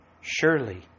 Surely